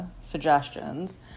suggestions